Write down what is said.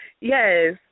yes